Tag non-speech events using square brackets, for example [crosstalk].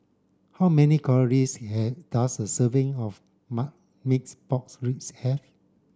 how many calories [unintelligible] does a serving of marmite pork ribs have